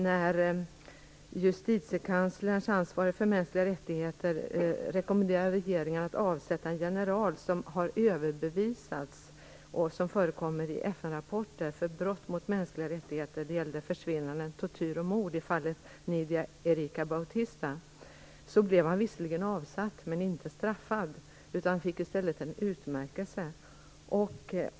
När justitiekanslern, som är ansvarig för mänskliga rättigheter, rekommenderade regeringen att avsätta en general som figurerar i FN:rapporter och har överbevisats om brott mot mänskliga rättigheter - Nydia Erica Bautista - blev generalen visserligen avsatt men inte straffad utan fick i stället en utmärkelse.